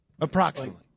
Approximately